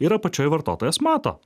ir apačioj vartotojas mato